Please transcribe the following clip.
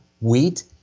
Wheat